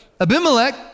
Abimelech